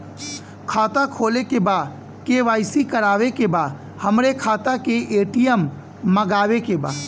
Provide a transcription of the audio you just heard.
खाता खोले के बा के.वाइ.सी करावे के बा हमरे खाता के ए.टी.एम मगावे के बा?